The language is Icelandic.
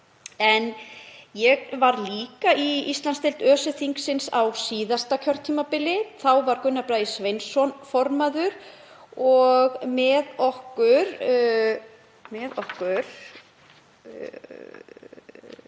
En ég var líka í Íslandsdeild ÖSE-þingsins á síðasta kjörtímabili. Þá var Gunnar Bragi Sveinsson formaður og með okkur var